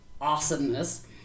awesomeness